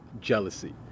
jealousy